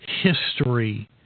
history